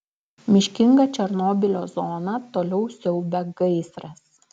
miškingą černobylio zoną toliau siaubia gaisras